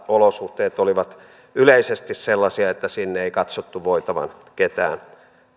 olosuhteet olivat yleisesti sellaisia että sinne ei katsottu voitavan ketään